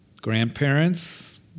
Grandparents